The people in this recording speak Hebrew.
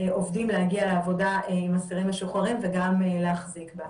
עובדים להגיע לעבודה עם אסירים משוחררים וגם להחזיק בה.